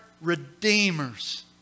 redeemers